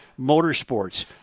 Motorsports